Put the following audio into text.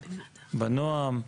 בנועם,